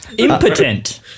Impotent